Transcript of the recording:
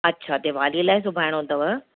अच्छा दिवालीअ लाइ सिबाइणो अथव